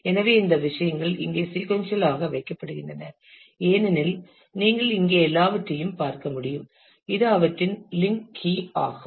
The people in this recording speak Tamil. எனவே இந்த விஷயங்கள் இங்கே சீக்கொன்சியல் ஆக வைக்கப்படுகின்றன ஏனெனில் நீங்கள் இங்கே எல்லாவற்றையும் பார்க்க முடியும் இது அவற்றின் லிங்க் கீ ஆகும்